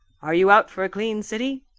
are you out for a clean city?